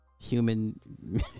Human